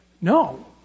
no